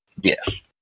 Yes